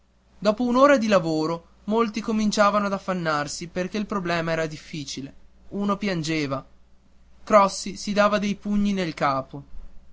dopo un'ora di lavoro molti cominciavano a affannarsi perché il problema era difficile uno piangeva crossi si dava dei pugni nel capo